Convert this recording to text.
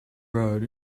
road